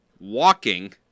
walking